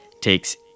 takes